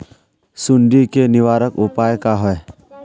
सुंडी के निवारक उपाय का होए?